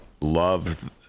love